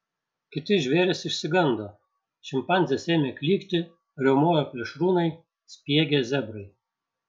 kiti žvėrys išsigando šimpanzės ėmė klykti riaumojo plėšrūnai spiegė zebrai